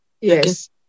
Yes